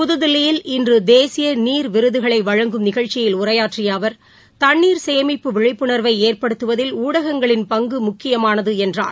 புத்தில்லியில் இன்று தேசிய நீர் விருதுகளை வழங்கும் நிகழ்ச்சியில் உரையாற்றிய அவர் தண்ணீர் சேமிப்பு விழிப்புணர்வை ஏற்படுத்துவதில் ஊடகங்களின் பங்கு முக்கியமானது என்றார்